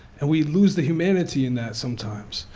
and we lose the humanity in that sometimes.